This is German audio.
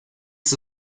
ist